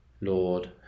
Lord